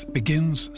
begins